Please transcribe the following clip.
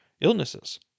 illnesses